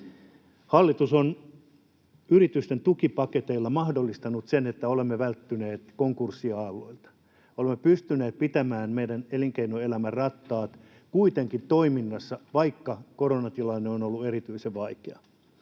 Hallitus on yritysten tukipaketeilla mahdollistanut sen, että olemme välttyneet konkurssiaalloilta. Olemme pystyneet pitämään meidän elinkeinoelämämme rattaat kuitenkin toiminnassa, vaikka koronatilanne on ollut erityisen vaikea.